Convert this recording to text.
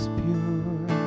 pure